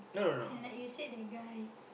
as in like you said that guy